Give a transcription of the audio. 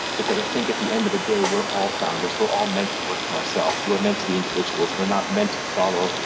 because i think at the end of the day, we're all founders. we're all meant to work for ourselves. we're meant to be individuals. we're not meant to follow.